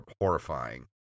horrifying